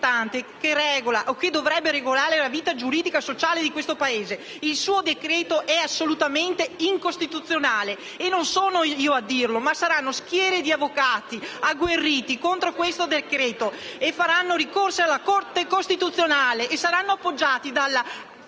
suo decreto-legge è assolutamente incostituzionale e non sono io a dirlo, ma saranno schiere di avvocati agguerriti contro questo decreto-legge, che faranno ricorso alla Corte costituzionale e saranno appoggiati dalla NHF